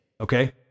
okay